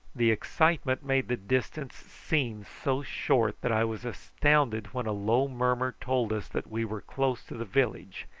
the excitement made the distance seem so short that i was astounded when a low murmur told us that we were close to the village,